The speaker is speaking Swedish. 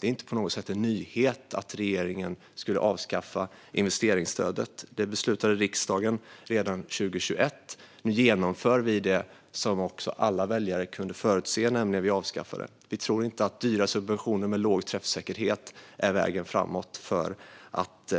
Det är inte på något sätt en nyhet att regeringen skulle avskaffa investeringsstödet. Det beslutade riksdagen redan 2021. Nu genomför vi det, vilket alla väljare kunde förutse. Vi tror inte att dyra subventioner med låg träffsäkerhet är vägen framåt för att